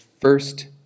first